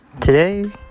Today